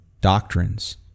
doctrines